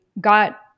got